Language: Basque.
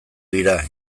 dira